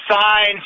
signs